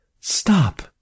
Stop